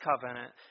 covenant